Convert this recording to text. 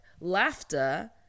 laughter